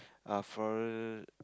are floral